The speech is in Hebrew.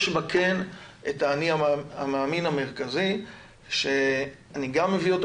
כן יש בה את האני המאמין המרכזי שאני גם מביא אותו